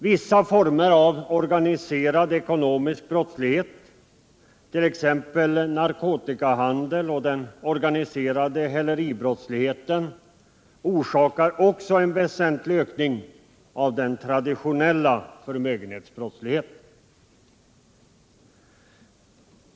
Vissa former av organiserad ekonomisk brottslighet, t.ex. narkotikahandeln och den organiserade häleribrottsligheten, orsakar också en väsentlig ökning av den traditionella förmögenhetsbrottsligheten.